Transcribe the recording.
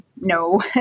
no